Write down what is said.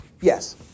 Yes